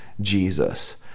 Jesus